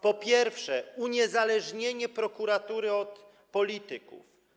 Po pierwsze, uniezależnienie prokuratury od polityków.